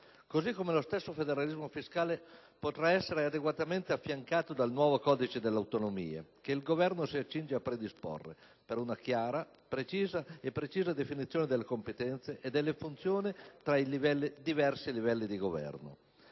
Così come lo stesso federalismo fiscale potrà essere adeguatamente affiancato dal nuovo codice delle autonomie, che il Governo si accinge a predisporre, per una chiara e precisa definizione delle competenze e delle funzioni tra i diversi livelli di governo.